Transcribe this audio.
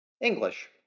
English